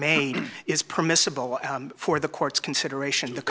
made is permissible for the courts consideration to